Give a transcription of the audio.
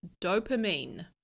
dopamine